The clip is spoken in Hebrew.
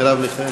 מרב מיכאלי.